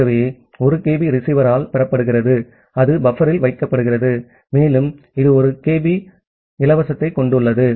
ஆகவே 1 kB ரிசீவரால் பெறப்படுகிறது அது பஃப்பரில் வைக்கப்படுகிறது மேலும் இது 1 kB இலவசத்தைக் கொண்டுள்ளது